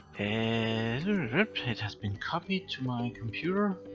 and it has been copied to my computer.